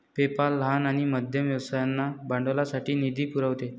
PayPal लहान आणि मध्यम व्यवसायांना भांडवलासाठी निधी पुरवते